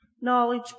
Knowledge